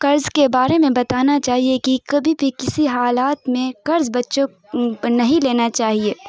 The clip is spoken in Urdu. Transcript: قرض کے بارے میں بتانا چاہیے کہ کبھی بھی کسی حالات میں قرض بچّوں نہیں لینا چاہیے